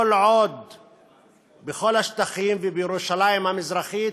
בכל השטחים ובירושלים המזרחית,